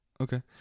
okay